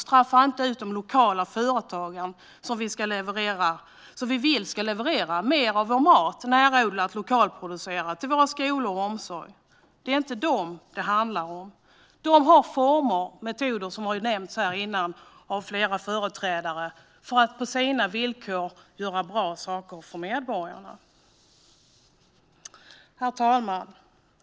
Straffa inte ut de lokala företagen, som vi vill ska leverera mer närodlad och lokalproducerad mat till våra skolor och vår omsorg! Det är inte dem det handlar om. De har former och metoder, som har nämnts av flera företrädare, för att på sina villkor göra bra saker för medborgarna. Herr talman!